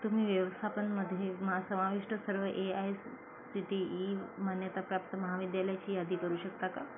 तुम्ही व्यवसापनामध्ये मा समाविष्ट सर्व A I C T E मान्यताप्राप्त महाविद्यालयाची यादी करू शकता का